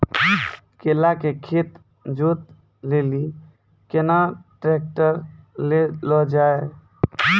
केला के खेत जोत लिली केना ट्रैक्टर ले लो जा?